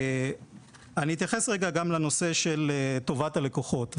אני אתייחס גם לנושא של טובת הלקוחות.